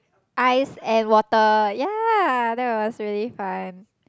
ice and water yea that was really fun